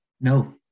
No